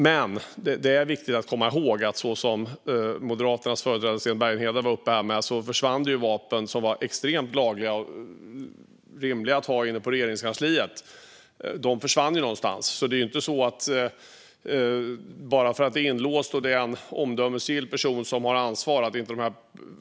Men det är viktigt att komma ihåg, precis som Moderaternas Sten Bergheden sa, att inne på Regeringskansliet försvann vapen som var extremt lagliga och rimliga att ha. De försvann någonstans. Det är alltså inte så att vapen inte kan komma på drift bara för att de är inlåsta och för att en omdömesgill person har ansvaret.